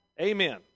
Amen